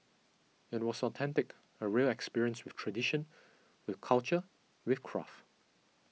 it was authentic a real experience with tradition with culture with craft